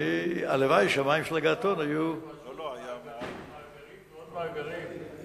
הלוואי שהמים של הגעתון היו, מאגרים ועוד מאגרים.